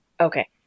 okay